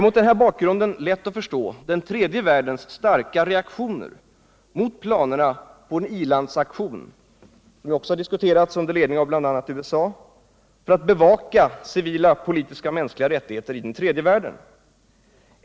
Mot den här bakgrunden är det lätt att förstå den tredje världens starka reaktioner mot planerna på en i-landsaktion, som också har diskuterats, under ledning av bl.a. USA för att bevaka civila, politiska och mänskliga rättigheter i den tredje världen.